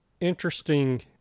interesting